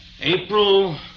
April